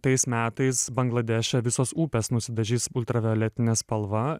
tais metais bangladeše visos upės nusidažys ultravioletine spalva